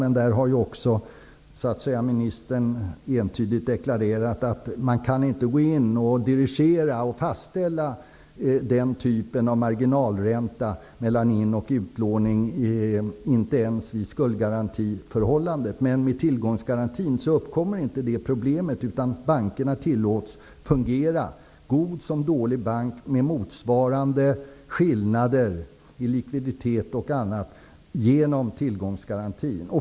Ministern har nu entydigt deklarerat att man inte kan gå in, dirigera och fastställa den typen av marginalränta mellan in och utlåning, inte ens vid skuldgarantiförhållandet. Med tillgångsgarantin uppkommer inte det problemet, utan bankerna tillåts fungera, god som dålig bank, med motsvarande skillnader i likviditet och annat.